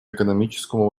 экономическому